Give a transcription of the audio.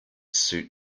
suit